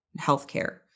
healthcare